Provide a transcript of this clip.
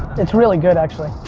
it's really good actually.